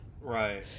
right